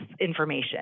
information